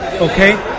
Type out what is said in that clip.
Okay